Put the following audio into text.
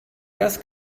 cas